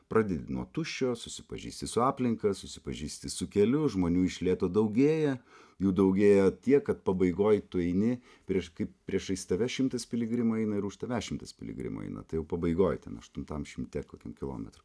pradedi nuo tuščio susipažįsti su aplinka susipažįsti su keliu žmonių iš lėto daugėja jų daugėja tiek kad pabaigoj tu eini prieš kaip priešais tave šimtas piligrimų eina ir už tavęs šimtas piligrimų eina tai jau pabaigoj ten aštuntam šimte kilometrų